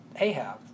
Ahab